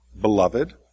beloved